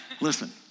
Listen